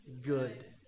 good